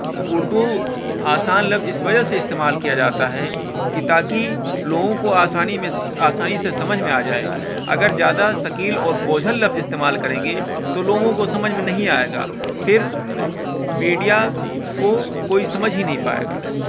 اردو آسان لفظ اس وجہ سے استعمال کیا جاتا ہے کہ تاکہ لوگوں کو آسانی مس آسانی سے سمجھ میں آ جائے اگر زیادہ ثقیل اور بوجھل لفظ استعمال کریں گے تو لوگوں کو سمجھ میں نہیں آئے گا پھر میڈیا کو کوئی سمجھ ہی نہیں پائے گا